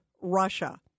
Russia